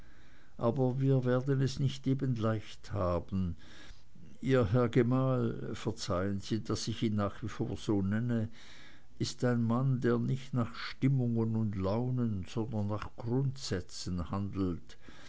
aber wir werden es nicht eben leicht haben ihr herr gemahl verzeihen sie daß ich ihn nach wie vor so nenne ist ein mann der nicht nach stimmungen und laune sondern nach grundsätzen handelt